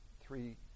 three